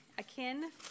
Akin